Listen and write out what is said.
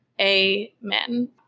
Amen